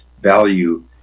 value